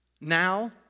Now